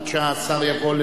עד שהשר יבוא,